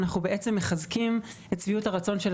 אנחנו בעצם מחזקים את שביעות הרצון של